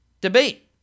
debate